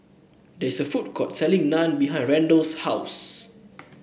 there is a food court selling Naan behind Randall's house